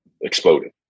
exploded